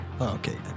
okay